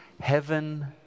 heaven